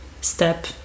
step